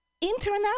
internet